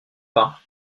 par